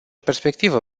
perspectivă